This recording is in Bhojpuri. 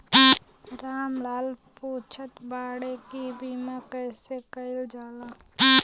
राम लाल पुछत बाड़े की बीमा कैसे कईल जाला?